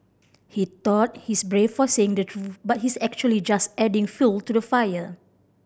he thought he's brave for saying the truth but he's actually just adding fuel to the fire